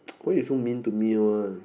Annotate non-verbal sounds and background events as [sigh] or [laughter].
[noise] why you so mean to me [one]